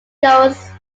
goes